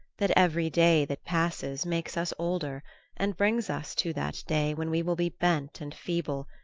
that every day that passes makes us older and brings us to that day when we will be bent and feeble,